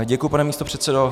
Děkuji, pane místopředsedo.